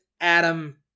Adam